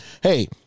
hey